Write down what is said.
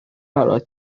barod